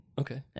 Okay